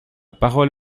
parole